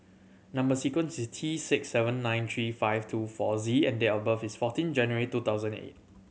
number sequence is T six seven nine three five two four Z and date of birth is fourteen January two thousand eight